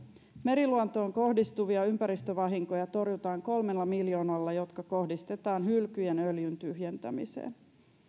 meriluontoon kohdistuvia ympäristövahinkoja torjutaan kolmella miljoonalla jotka kohdistetaan hylkyjen öljyntyhjentämiseen